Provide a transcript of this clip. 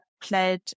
played